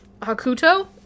Hakuto